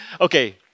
Okay